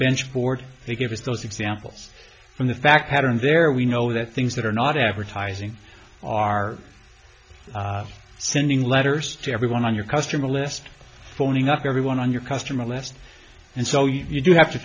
bench board they give us those examples from the fact that in there we know the things that are not advertising are sending letters to everyone on your customer list phoning up everyone on your customer list and so you do have to